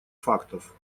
фактов